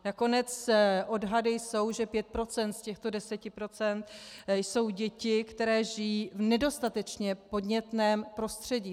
Nakonec odhady jsou, že 5 % z těchto 10 % jsou děti, které žijí v nedostatečně podnětném prostředí.